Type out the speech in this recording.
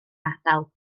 ardal